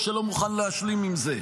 שלא מוכן להשלים עם זה,